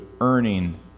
earning